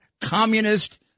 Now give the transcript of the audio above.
communist